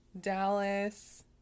Dallas